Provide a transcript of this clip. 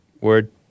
word